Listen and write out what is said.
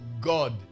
God